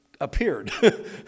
appeared